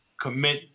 commit